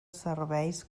serveis